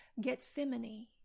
Gethsemane